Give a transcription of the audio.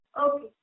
Okay